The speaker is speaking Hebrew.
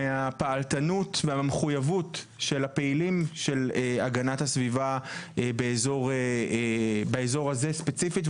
מהפעלתנות ומהמחויבות של הפעילים של הגנת הסביבה באזור הזה ספציפית.